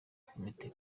komite